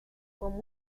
como